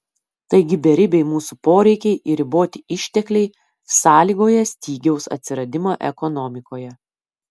taigi beribiai mūsų poreikiai ir riboti ištekliai sąlygoja stygiaus atsiradimą ekonomikoje